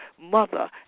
Mother